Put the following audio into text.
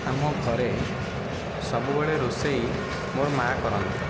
ଆମ ଘରେ ସବୁବେଳେ ରୋଷେଇ ମୋ'ର ମା' କରନ୍ତି